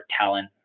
talent